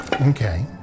Okay